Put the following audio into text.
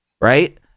right